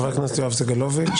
חבר הכנסת יואב סגלוביץ',